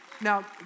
Now